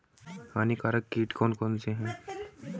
हानिकारक कीट कौन कौन से हैं?